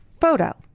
photo